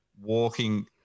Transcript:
walking